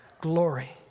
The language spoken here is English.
glory